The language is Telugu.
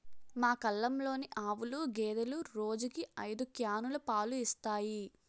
మా కల్లంలోని ఆవులు, గేదెలు రోజుకి ఐదు క్యానులు పాలు ఇస్తాయి